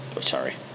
Sorry